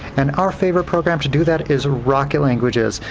and our favorite program to do that is rocket languages.